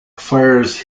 fires